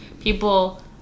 people